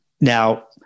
Now